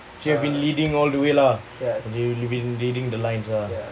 so you have been leading all the way lah you have been leading the lines lah